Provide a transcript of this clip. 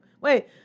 Wait